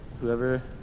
Whoever